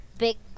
big